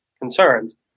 concerns